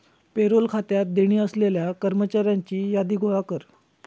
payroll खात्यात देणी असलेल्या कर्मचाऱ्यांची यादी गोळा कर